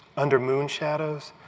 under moon shadows,